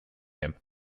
him